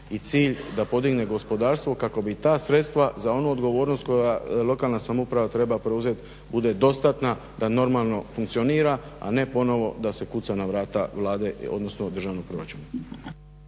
i cilj da podigne gospodarstvo kako bi ta sredstva za onu odgovornost koja lokalna samouprava treba preuzet bude dostatna da normalno funkcionira, a ne ponovo da se kuca na vrata Vlade odnosno državnog proračuna.